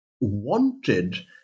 wanted